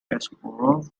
kasparov